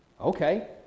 Okay